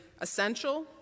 essential